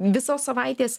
visos savaitės